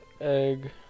egg